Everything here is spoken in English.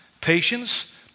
patience